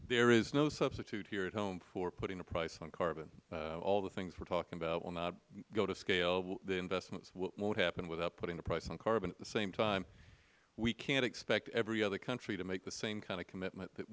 there is no substitute here at home for putting a price on carbon all of the things that we are talking about will not go to scale the investments won't happen without putting a price on carbon at the same time we can't expect every other country to make the same kind of commitment that